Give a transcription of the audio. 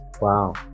Wow